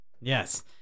Yes